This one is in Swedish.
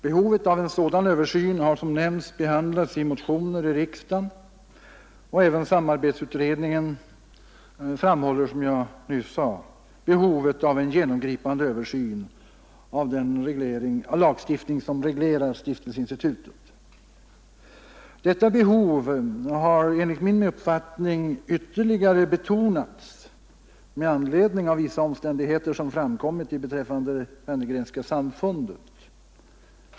Behovet av en sådan översyn har som nämnts behandlats i motioner i riksdagen. Även samarbetsutredningen framhåller, som jag nyss sade, behovet av en genomgripande översyn av den lagstiftning som reglerar stiftelseinstitutet. Detta behov har enligt min uppfattning ytterligare betonats med anledning av vissa omständigheter som framkommit beträffande Wenner-Grenska samfundet.